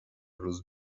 روز